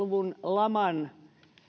luvun laman